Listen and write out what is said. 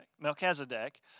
Melchizedek